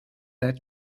that